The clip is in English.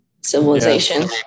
Civilization